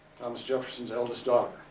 thomas jefferson's eldest daughter.